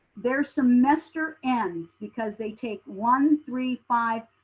their semester ends because they take one, three, five.